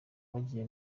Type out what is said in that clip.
bagiye